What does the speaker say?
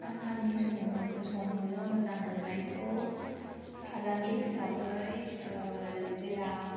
आंङो आंनि संनो मोजां मोन्नायखौ फालांगि हिसाबै जेला